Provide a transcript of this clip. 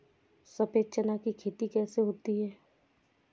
सफेद चना की खेती कैसे होती है?